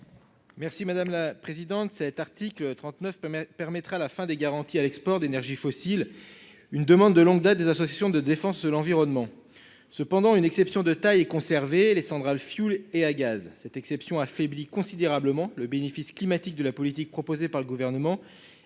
Merci madame la présidente.